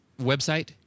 website